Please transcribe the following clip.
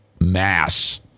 mass